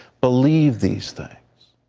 believe these things.